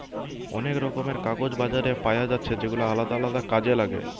অনেক রকমের কাগজ বাজারে পায়া যাচ্ছে যেগুলা আলদা আলদা কাজে লাগে